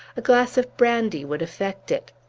a glass of brandy would effect it.